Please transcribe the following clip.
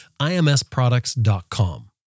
IMSProducts.com